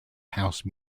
house